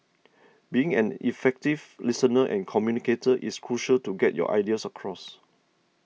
being an effective listener and communicator is crucial to get your ideas across